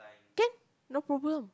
can no problem